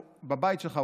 בבית שלך,